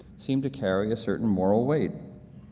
seem to carry a certain moral weight.